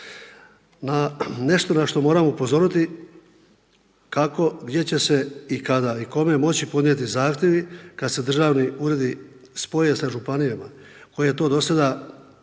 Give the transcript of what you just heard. Na, nešto na što moram upozoriti, kako, gdje će se i kada, i kome moći podnijeti zahtjevi kad se državni ured spoje sa Županijama koje to do sada